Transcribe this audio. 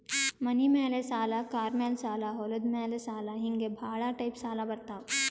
ಮನಿ ಮ್ಯಾಲ ಸಾಲ, ಕಾರ್ ಮ್ಯಾಲ ಸಾಲ, ಹೊಲದ ಮ್ಯಾಲ ಸಾಲ ಹಿಂಗೆ ಭಾಳ ಟೈಪ್ ಸಾಲ ಬರ್ತಾವ್